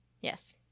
Yes